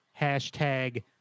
hashtag